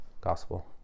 gospel